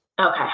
Okay